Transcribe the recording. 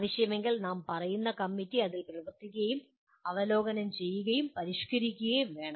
ആവശ്യമെങ്കിൽ നാം പറയുന്ന കമ്മിറ്റി അതിൽ പ്രവർത്തിക്കുകയും അവലോകനം ചെയ്യുകയും പരിഷ്കരിക്കുകയും വേണം